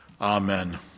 Amen